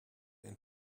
and